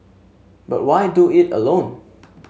but why do it alone